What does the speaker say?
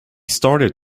started